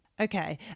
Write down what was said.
Okay